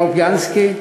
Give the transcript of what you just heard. טרואופיאנסקי,